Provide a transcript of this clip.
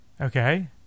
Okay